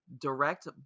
direct